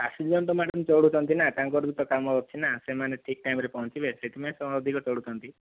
passenger ତ madam ଚଢ଼ୁଛନ୍ତି ନା ତାଙ୍କର ବି ତ କାମ ଅଛି ନା ସେମାନେ ଠିକ ଟାଇମରେ ପହଞ୍ଚିବେ ସେଥିପାଇଁ ସେ ଅଧିକ ଚଢ଼ୁଛନ୍ତି